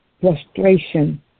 frustration